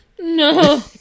no